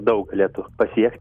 daug galėtų pasiek